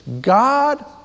God